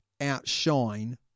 outshine